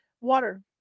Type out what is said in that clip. water